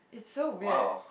so weird